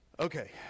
Okay